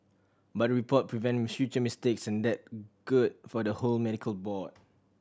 but the report prevent future mistakes and that good for the whole medical board